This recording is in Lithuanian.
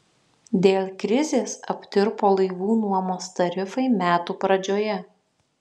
dėl krizės aptirpo laivų nuomos tarifai metų pradžioje